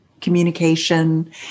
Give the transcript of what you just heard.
communication